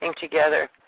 together